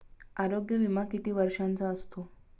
आरोग्य विमा किती वर्षांचा असतो?